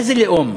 איזה לאום?